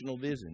vision